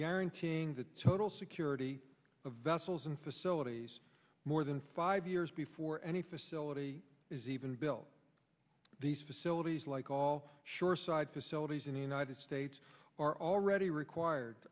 guaranteeing the total security of vessels and facilities more than five years before any facility is even built these facilities like all shoreside facilities in the united states are already required